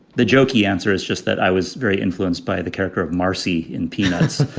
the jokey answer is just that. i was very influenced by the character of marcy in peanuts.